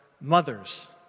mothers